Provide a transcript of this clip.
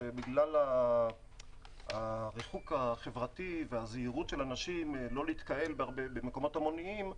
שבגלל הריחוק החברתי והזהירות של אנשים לא להתקהל במקומות המוניים,